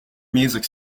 music